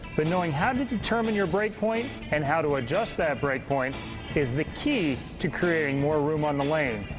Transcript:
but knowing how to determine your break point and how to adjust that break point is the key to creating more room on the lane.